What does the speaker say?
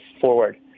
forward